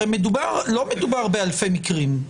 הרי לא מדובר באלפי מקרים,